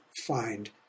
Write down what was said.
find